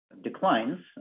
declines